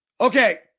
Okay